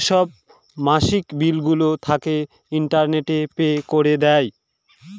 যেসব মাসিক বিলগুলো থাকে, ইন্টারনেটে পে করে দেয়